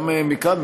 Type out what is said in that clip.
גם מכאן,